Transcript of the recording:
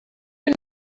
you